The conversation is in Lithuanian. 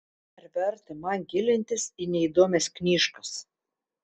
ar verta man gilintis į neįdomias knyžkas